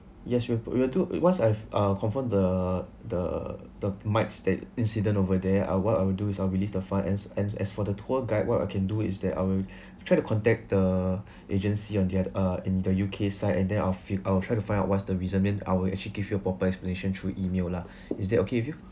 yes sure we will do uh once I've uh confirm the the the mights that incident over there uh what I would do is I'll released the fund and s~ and as for the tour guide what I can do is that I will try to contact the agency on the oth~ uh in the U_K side and then I'll uh I'll try to find out what's the reason and I will actually give you a proper explanation through email lah is that okay with you